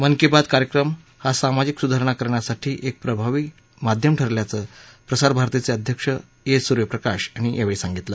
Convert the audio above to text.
मन की बात कार्यक्रम सामाजिक सुधारणा करण्यासाठी एक प्रभावी माध्यम ठरल्याचं प्रसारभारतीचे अध्यक्ष ए सुर्यप्रकाश यांनी यावेळी सांगितलं